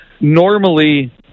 Normally